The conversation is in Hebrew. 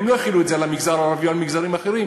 הם לא החילו את זה על המגזר הערבי או על מגזרים אחרים.